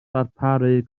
ddarparu